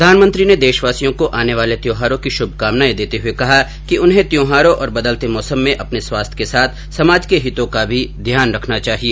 प्रधानमंत्री ने देशवासियों को आने वाले त्योहारों की शुभकामनाएं देते हुए कहा कि उन्हें त्योहारों और बदलते मौसम में अपने स्वास्थ्य के साथ समाज के हितों का भी ध्यान रखना चाहिए